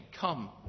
Come